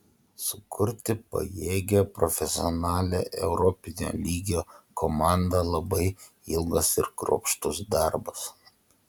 sukurti pajėgią profesionalią europinio lygio komandą labai ilgas ir kruopštus darbas